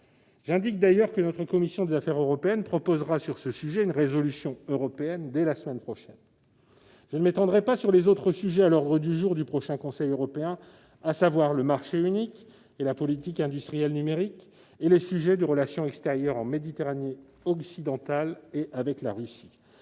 J'indique d'ailleurs que notre commission des affaires européennes proposera sur ce sujet une résolution européenne dès la semaine prochaine. Je ne m'étendrai pas sur les autres questions à l'ordre du jour du prochain Conseil européen, à savoir le marché unique et la politique industrielle numérique, ainsi que les relations extérieures en Méditerranée orientale et avec la Russie-